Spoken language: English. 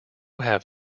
have